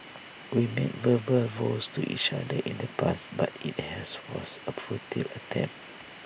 we made verbal vows to each other in the past but IT has was A futile attempt